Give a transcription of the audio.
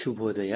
ಶುಭೋದಯ